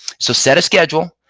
so set a schedule.